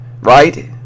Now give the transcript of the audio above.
right